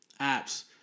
apps